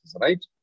right